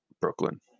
Brooklyn